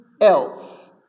else